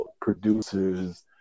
producers